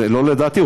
לא לדעתי,